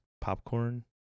popcorn